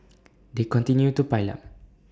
they continue to pile up